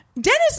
Dennis